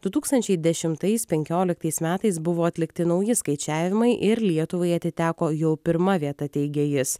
du tūkstančiai dešimtais penkioliktais metais buvo atlikti nauji skaičiavimai ir lietuvai atiteko jau pirma vieta teigė jis